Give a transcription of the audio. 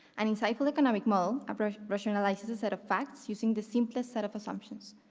an insightful economic model but ah rationalizes a set of facts using the simplest set of assumptions,